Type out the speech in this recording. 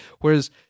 whereas